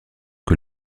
que